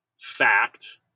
fact